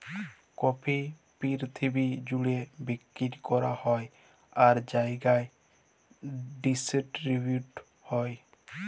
coffee পিরথিবি জ্যুড়ে বিক্কিরি ক্যরা হ্যয় আর জায়গায় ডিসটিরিবিউট হ্যয়